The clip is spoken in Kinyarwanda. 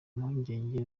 impungenge